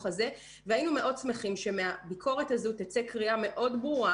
היינו מאוד שמחים שמהביקורת הזאת תצא קריאה מאוד ברורה: